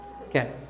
Okay